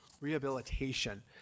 rehabilitation